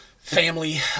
family